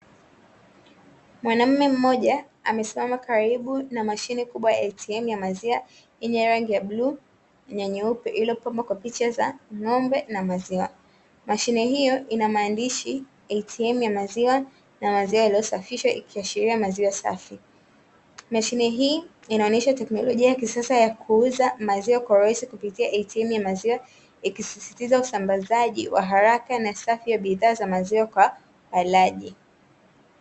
Mwanaume mmoja amesimama kalibu na mashine kubwa ya (ATM) ya maziwa, yenye rangi ya bluu na nyeupe, iliyopambwa kwa picha za ng'ombe na maziwa mashine hiyo inamaandishi (ATM) ya maziwa na maziwa, iliyosafishwa ikiashiria maziwa safi mashine hii inaonesha tekinologia ya kisasa ya kuuza maziwa kwa urahisi, kupitia (ATM) maziwa ikisisitiza wa usambazaji wa bidhaa safi kwa walaji